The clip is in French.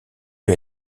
lui